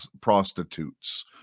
prostitutes